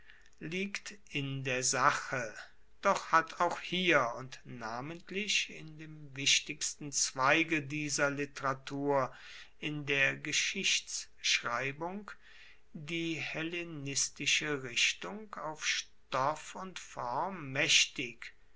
liegt in der sache doch hat auch hier und namentlich in dem wichtigsten zweige dieser literatur in der geschichtschreibung die hellenistische richtung auf stoff und form maechtig